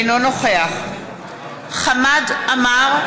אינו נוכח חמד עמאר,